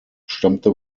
stammte